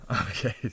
Okay